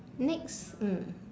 next mm